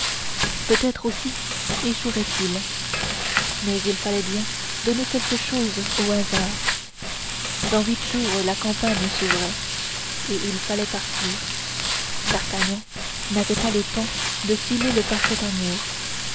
peut-être aussi échouerait il mais il fallait bien donner quelque chose au hasard dans huit jours la campagne s'ouvrait et il fallait partir d'artagnan n'avait pas le temps de filer le parfait amour